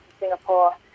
Singapore